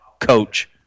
coach